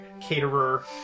caterer